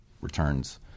returns